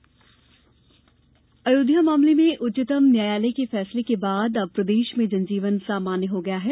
राज्य सामान्य स्थिति अयोध्या मामले में उच्चतम न्यायालय के फैसले के बाद अब प्रदेश में जनजीवन सामान्य हो गया है